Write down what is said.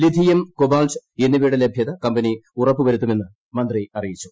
lithium cobalt എന്നിവയുടെ ലഭ്യത company ഉറപ്പുവരുത്തുമെന്ന് മന്ത്രി അറിയിച്ചു